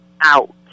out